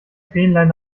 fähnlein